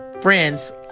Friends